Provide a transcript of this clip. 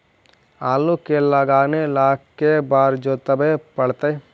आलू के लगाने ल के बारे जोताबे पड़तै?